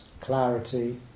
clarity